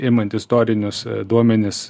imant istorinius duomenis